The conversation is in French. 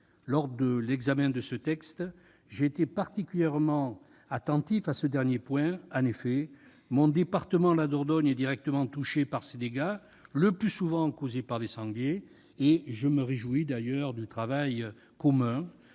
Lors de l'examen du texte, j'ai été particulièrement attentif à ce dernier point. En effet, le département dont je suis élu, la Dordogne, est directement touché par ces dégâts, le plus souvent occasionnés par des sangliers. Je me réjouis d'ailleurs du travail mené